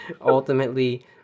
ultimately